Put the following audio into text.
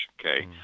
Okay